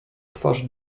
twarz